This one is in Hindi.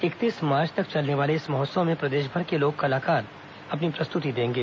इकतीस मार्च तक चलने वाले इस महोत्सव में प्रदेशभर के लोक कलाकार अपनी प्रस्तुति देंगे